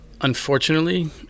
unfortunately